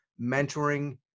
mentoring